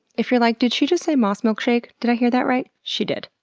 if you're like, did she just say moss milkshake, did i hear that right? she did.